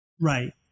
Right